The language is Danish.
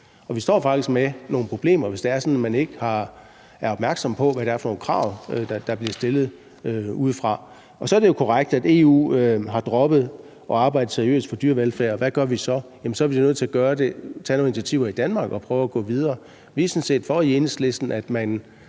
faktisk med nogle problemer, hvis det er sådan, at man ikke er opmærksom på, hvad det er for nogle krav, der bliver stillet udefra. Så er det jo korrekt, at EU har droppet at arbejde seriøst for dyrevelfærd, og hvad gør vi så? Så er vi nødt til at tage nogle initiativer i Danmark og prøve at gå videre. Vi er sådan set for, i Enhedslisten, at man